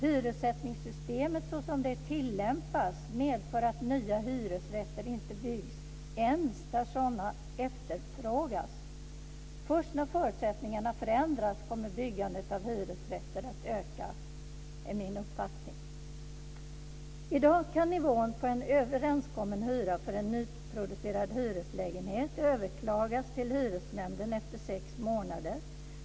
Hyressättningssystemet, så som det tillämpas, medför att nya hyresrätter inte byggs ens där sådana efterfrågas. Först när förutsättningarna förändras kommer byggandet av hyresrätter att öka. Det är min uppfattning. I dag kan nivån på en överenskommen hyra för en nyproducerad hyreslägenhet överklagas till hyresnämnden efter sex månader.